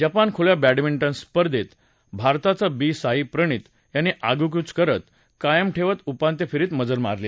Japan खुल्या badminton स्पर्धेत भारताचा बी साईप्रणीत याने आगेकूच कायम ठेवत उपांत्य फेरीपर्यंत मजल मारली